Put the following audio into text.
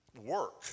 work